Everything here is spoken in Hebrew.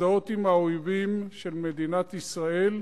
להזדהות עם האויבים של מדינת ישראל,